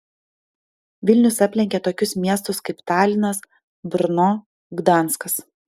vilnius aplenkė tokius miestus kaip talinas brno gdanskas